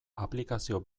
aplikazio